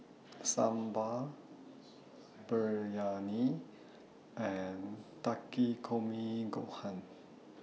Sambar Biryani and Takikomi Gohan